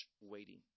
waiting